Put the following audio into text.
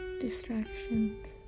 distractions